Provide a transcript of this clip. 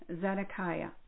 Zedekiah